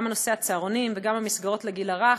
גם בנושא הצהרונים וגם במסגרות לגיל הרך.